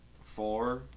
Four